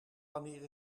wanneer